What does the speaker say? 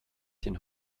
den